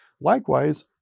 Likewise